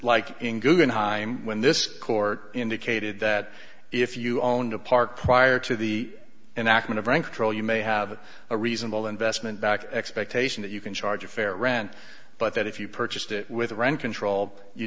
like in guggenheim when this court indicated that if you owned a park prior to the enactment of rank trail you may have a reasonable investment back expectation that you can charge a fair rent but that if you purchased it with rent control you